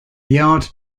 yard